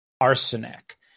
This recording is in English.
arsenic